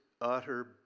utter